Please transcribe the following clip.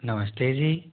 नमस्ते जी